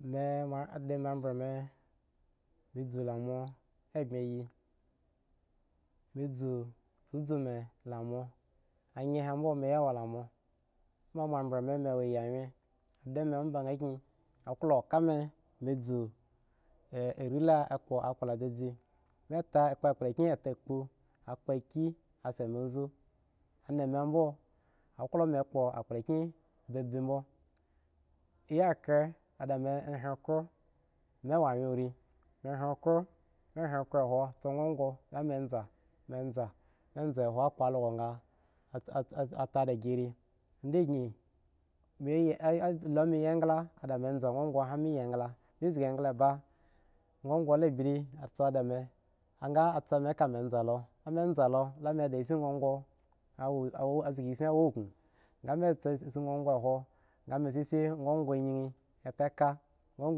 Memo ademi mbru mu mi zu la ma a abmi ye mi zu lamo ayen bmo mi ya wo la mo amba mbre mi ya wa alawyen ada mi amba a klo ka mi mi zu la re la kpo kpu zeze mi kpo a kple ke tatbo a klo ki bga mi zu anan mi bmo aklo mi kpo kpla ki zaze mi kpo akple ke tatbo a klo ki a bga mi zu anan mi bmo aklo mi kpo kpla ki zaze bmo ayi whi oko ku mi su gogmo mi zzaa ko a kpo a algo ga ata da gi ri mi yi engla mi za gogwo a ayakta mi engla ma engla ba gogwo la bile a da eshi gogon zshi wo kunn shi gogwo inin ta ka lo